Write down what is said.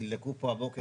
תידלקו פה הבוקר,